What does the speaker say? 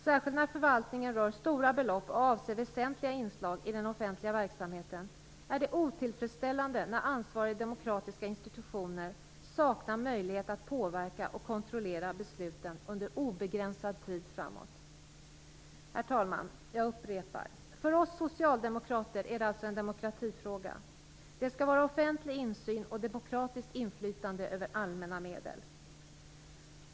Särskilt när förvaltningen rör stora belopp och avser väsentliga inslag i den offentliga verksamheten är det otillfredsställande att ansvariga demokratiska institutioner saknar möjlighet att påverka och kontrollera besluten under obegränsad tid framåt. Herr talman! Jag upprepar: För oss socialdemokrater är detta alltså en demokratifråga. Det skall vara offentlig insyn och demokratiskt inflytande över allmänna medel.